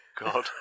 God